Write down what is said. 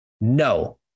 No